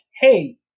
Hey